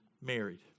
married